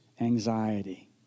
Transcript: anxiety